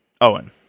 Owen